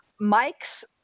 Mike's